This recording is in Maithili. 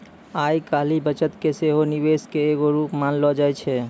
आइ काल्हि बचत के सेहो निवेशे के एगो रुप मानलो जाय छै